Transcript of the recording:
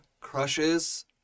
crushes